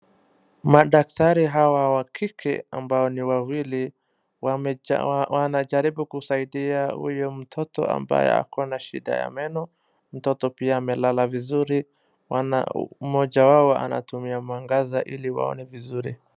Madaktari hawa wa kike ambao ni wawili wanajaribu kusaidia huyu mtoto ambaye ako na shida ya meno. Mtoto pia amelala vizuri mmoja wao anatumia mwangaza ili waone vizuri.